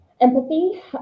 Empathy